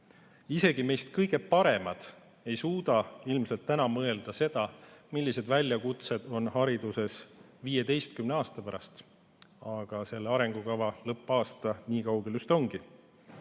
isegi kõige paremad meist ei suuda ilmselt täna mõelda seda, millised väljakutsed on hariduses 15 aasta pärast, aga selle arengukava lõppaasta nii kaugel just ongi.